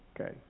Okay